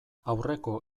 aurreko